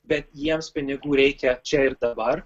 bet jiems pinigų reikia čia ir dabar